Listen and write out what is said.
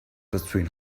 between